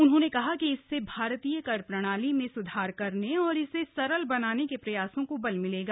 उन्होंने कहा कि इससे भारतीय कर प्रणाली में सुधार करने और इसे सरल बनाने के प्रयासों को बल मिलेगा